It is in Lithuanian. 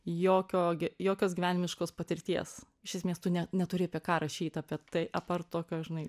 jokio jokios gyvenimiškos patirties iš esmės tu ne neturi apie ką rašyti apie tai apart tokio žinai